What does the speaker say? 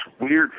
weird